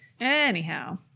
Anyhow